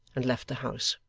and left the house.